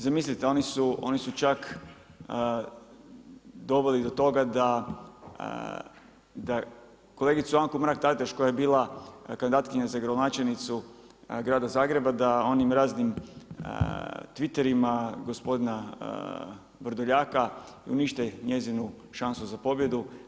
Zamislite oni su čak doveli do toga da, kolegicu Anku Mrak Taritaš koja je bila kandidatkinja za gradonačelnicu grada Zagreba da onim raznim twiterima gospodina Vrdoljaka unište njezinu šansu za pobjedu.